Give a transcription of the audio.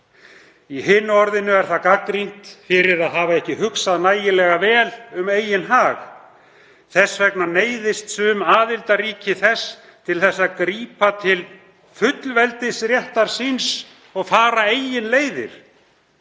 Í hinu orðinu er það gagnrýnt fyrir að hafa ekki hugsað nægilega vel um eigin hag. Þess vegna neyðist sum aðildarríki þess til að grípa til fullveldisréttar síns og fara eigin leiðir.